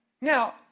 Now